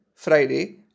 Friday